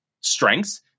strengths